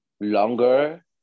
longer